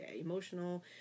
emotional